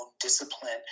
discipline